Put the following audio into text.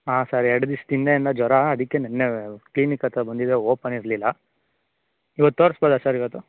ಹಾಂ ಸರ್ ಎರಡು ದಿವಸದ ಹಿಂದೆಯಿಂದ ಜ್ವರ ಅದಕ್ಕೆ ನೆನ್ನೆ ಕ್ಲಿನಿಕ್ ಹತ್ತಿರ ಬಂದಿದ್ದೆ ಓಪನ್ ಇರಲಿಲ್ಲ ಇವತ್ತು ತೋರ್ಸ್ಬೋದ ಸರ್ ಇವತ್ತು